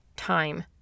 time